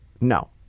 No